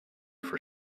for